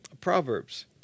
Proverbs